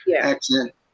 accent